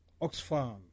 Oxfam